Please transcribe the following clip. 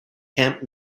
camp